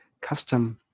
custom